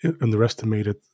underestimated